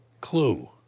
clue